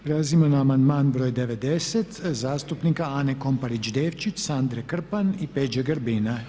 Prelazimo na amandman br. 90. zastupnika Ane Komparić Devčić, Sandre Krpan i Peđe Grbina.